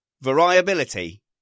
Variability